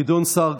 גדעון סער,